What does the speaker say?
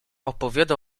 opowiada